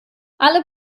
alle